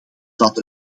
dat